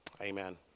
amen